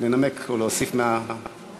לנמק או להוסיף מהצד?